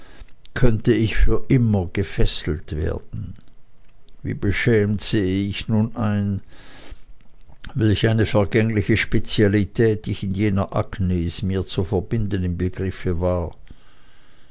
könnte ich für immer gefesselt werden wie beschämt sehe ich nun ein welch eine vergängliche spezialität ich in jener agnes mir zu verbinden im begriffe war